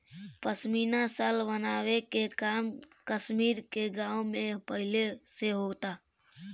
पश्मीना शाल बनावे के काम कश्मीर के गाँव में पहिले से होता